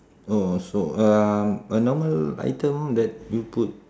oh so um a normal item that you put